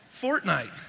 Fortnite